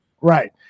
Right